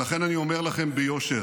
ולכן אני אומר לכם ביושר: